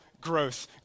growth